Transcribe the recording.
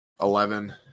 Eleven